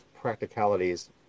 practicalities